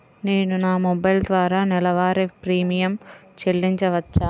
నేను నా మొబైల్ ద్వారా నెలవారీ ప్రీమియం చెల్లించవచ్చా?